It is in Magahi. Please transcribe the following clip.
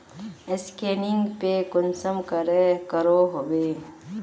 स्कैनिंग पे कुंसम करे करो होबे?